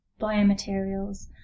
biomaterials